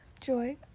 Joy